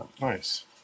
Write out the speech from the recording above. Nice